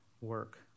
work